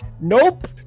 Nope